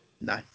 no